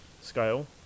Scale